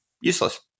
useless